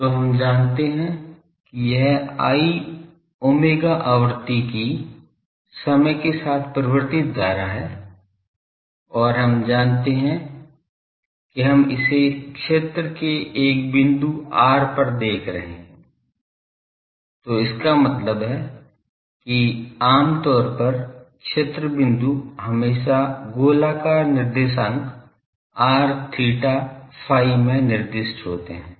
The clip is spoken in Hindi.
तो हम मानते हैं कि यह I ओमेगा आवृत्ति की समय के साथ परिवर्तित धारा है और हम मानते हैं कि हम इसे क्षेत्र के एक बिंदु r पर देख रहे हैं तो इसका मतलब है कि आम तौर पर क्षेत्र बिंदु हमेशा गोलाकार निर्देशांक r theta phi में निर्दिष्ट होते हैं